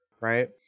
right